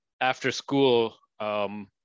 after-school